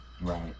Right